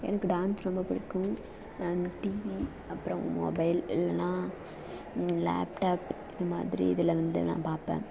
எனக்கு டான்ஸ் ரொம்ப பிடிக்கும் அந்த டிவி அப்புறம் மொபைல் இல்லைனா லேப்டாப் இது மாதிரி இதில் வந்து நான் பார்ப்பேன்